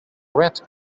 red